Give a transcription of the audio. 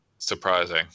surprising